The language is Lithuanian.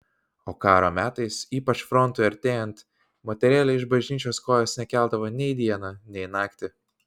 o karo metais ypač frontui artėjant moterėlė iš bažnyčios kojos nekeldavo nei dieną nei naktį